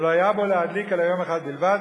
ולא היה בו להדליק אלא יום אחד בלבד,